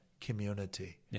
community